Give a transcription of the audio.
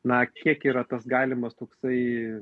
na kiek yra tas galimas toksai